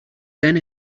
then